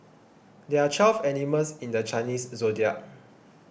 there are twelve animals in the Chinese zodiac